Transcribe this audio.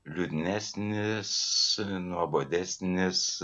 liūdnesnis nuobodesnis